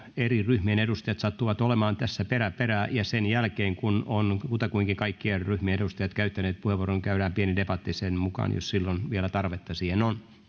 eri ryhmien edustajat sattuvat olemaan tässä perä perää ja sen jälkeen kun ovat kutakuinkin kaikkien ryhmien edustajat käyttäneet puheenvuoron käydään pieni debatti jos silloin vielä tarvetta siihen on